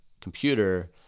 computer